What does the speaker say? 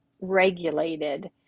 regulated